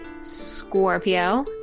Scorpio